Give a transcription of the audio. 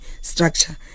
structure